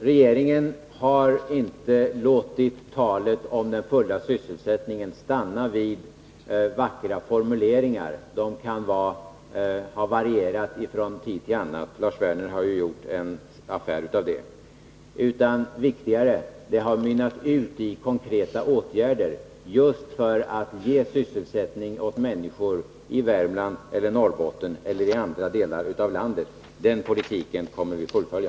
Regeringen har inte låtit talet om den fulla sysselsättningen stanna vid vackra formuleringar — de kan ha varierat från tid till annan; Lars Werner har ju gjort affär av det — utan viktigare är att det har mynnat ut i konkreta åtgärder just för att ge sysselsättning åt människor i Värmland eller Norrbotten eller i andra delar av landet. Den politiken kommer vi att fullfölja.